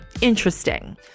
interesting